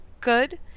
good